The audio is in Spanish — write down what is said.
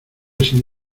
sin